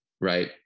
right